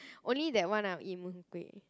only that [one] I will eat Mee-Hoon-Kway